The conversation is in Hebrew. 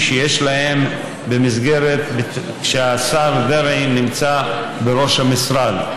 שיש להם כשהשר דרעי נמצא בראש המשרד.